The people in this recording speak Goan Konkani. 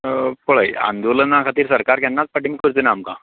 पळय आंदोलना खातीर सरकारा केन्नाच फटींग करचो ना आमकां